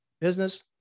business